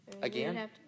Again